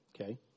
okay